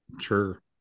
Sure